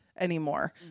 Anymore